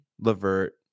Levert